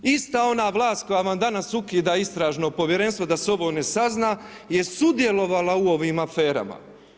Ista ova vlast koja vam danas ukida istražno povjerenstvo da se ovo ne sazna je sudjelovala u ovim aferama.